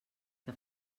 que